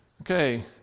Okay